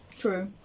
True